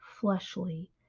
fleshly